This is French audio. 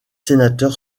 sénateurs